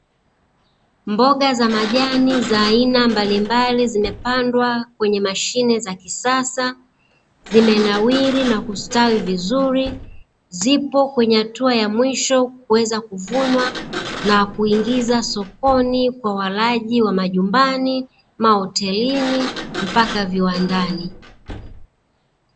Mboga za majani za aina mbalimbali zimepandwa kwenye mashine ya kisasa zimenawiri na kustawi vizuri zipo, kwenye hatua ya mwisho kuweza kuvunwa na kuingiza sokoni kwa walaji wa nyumbani, mahotelini mpaka viwandani.